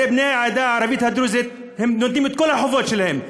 הרי בני העדה הערבית הדרוזית נותנים את כל החובות שלהם,